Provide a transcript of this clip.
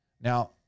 Now